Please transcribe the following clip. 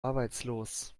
arbeitslos